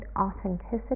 authenticity